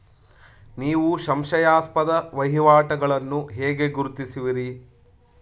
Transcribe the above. ನೀವು ಸಂಶಯಾಸ್ಪದ ವಹಿವಾಟುಗಳನ್ನು ಹೇಗೆ ಗುರುತಿಸುವಿರಿ?